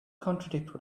contradict